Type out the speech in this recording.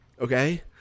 Okay